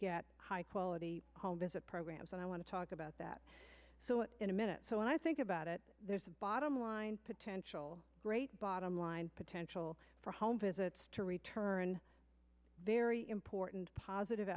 get high quality home visit programs and i want to talk about that in a minute so i think about it there's a bottom line potential great bottom line potential for home visits to return very important positive